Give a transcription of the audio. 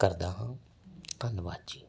ਕਰਦਾ ਹਾਂ ਧੰਨਵਾਦ ਜੀ